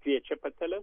kviečia pateles